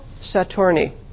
saturni